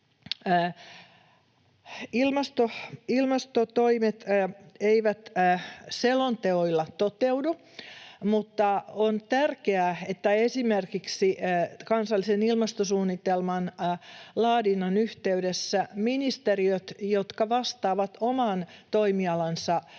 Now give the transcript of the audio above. Ilmastotoimet eivät selonteoilla toteudu, mutta on tärkeää, että esimerkiksi kansallisen ilmastosuunnitelman laadinnan yhteydessä ministeriöt, jotka vastaavat oman toimialansa